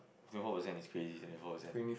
twenty four percent is crazy twenty four percent